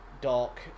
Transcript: dark